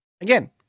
Again